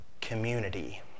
Community